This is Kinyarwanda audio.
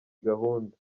gahunda